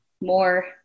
more